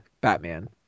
batman